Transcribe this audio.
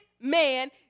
man